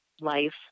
life